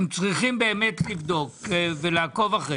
אתם באמת צריכים לבדוק ולעקוב אחרי